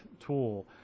tool